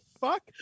fuck